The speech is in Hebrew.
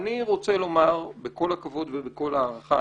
ואני רוצה לומר בכל הכבוד ובכל ההערכה,